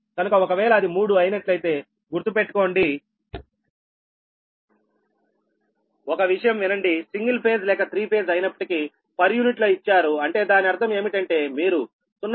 కనుక ఒకవేళ అది మూడు అయినట్లయితే గుర్తుపెట్టుకోండి ఒక విషయం వినండి సింగిల్ ఫేజ్ లేక త్రీ ఫేజ్ అయినప్పటికీ పర్ యూనిట్లో ఇచ్చారు అంటే దాని అర్థం ఏమిటంటే మీరు 0